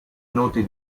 noti